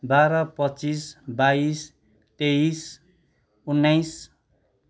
बाह्र पच्चिस बाइस तेइस उन्नाइस